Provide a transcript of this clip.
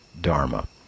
dharma